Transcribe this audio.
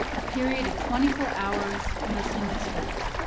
a period of twenty-four hours, mostly misspent.